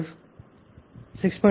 675